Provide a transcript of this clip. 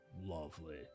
lovely